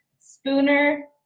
Spooner